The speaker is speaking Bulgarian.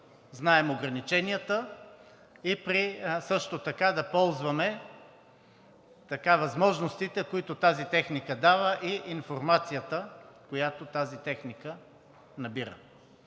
знаем ограниченията, а също така да ползваме възможностите, които тази техника дава, и информацията, която тази техника набира.